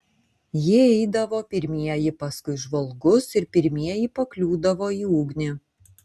jie eidavo pirmieji paskui žvalgus ir pirmieji pakliūdavo į ugnį